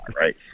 right